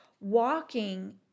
walking